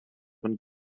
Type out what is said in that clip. von